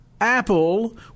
Apple